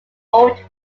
old